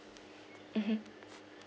mmhmm